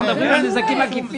אנחנו מדברים על נזקים עקיפים.